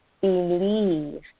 believe